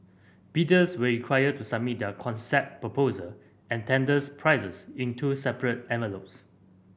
bidders were required to submit their concept proposal and tenders prices in two separate envelopes